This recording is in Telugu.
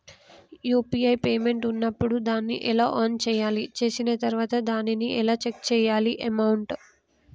యూ.పీ.ఐ పేమెంట్ ఉన్నప్పుడు దాన్ని ఎలా ఆన్ చేయాలి? చేసిన తర్వాత దాన్ని ఎలా చెక్ చేయాలి అమౌంట్?